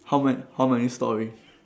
how ma~ how many storey